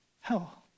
Hell